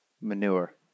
Manure